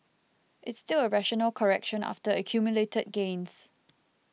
it's still a rational correction after accumulated gains